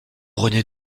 renaît